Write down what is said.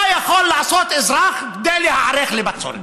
מה יכול לעשות אזרח כדי להיערך לבצורת?